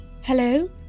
Hello